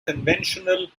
conventional